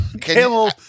Camel